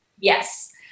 Yes